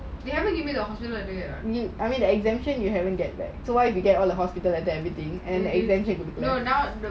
they haven't give me the offer letter yet no now the